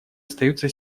остаются